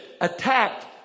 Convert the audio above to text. attacked